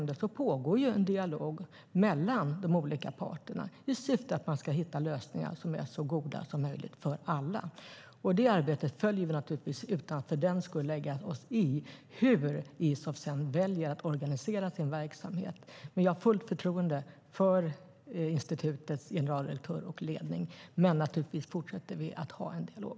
Det pågår en dialog mellan de olika parterna i syfte att hitta så goda lösningar som möjligt för alla. Det arbetet följer vi naturligtvis, utan att för den skulle lägga oss i hur Isof sedan väljer att organisera sin verksamhet. Vi har fullt förtroende för institutets generaldirektör och ledning, men vi fortsätter naturligtvis att ha en dialog.